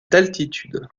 d’altitude